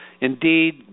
Indeed